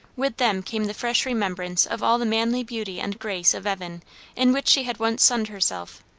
with them came the fresh remembrance of all the manly beauty and grace of evan in which she had once sunned herself,